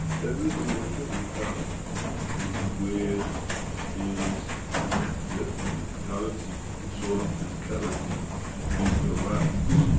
every emotion we have is where is the physicality, the soul of physicality interacts